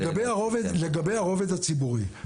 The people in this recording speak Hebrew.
לגבי הרובד הציבורי.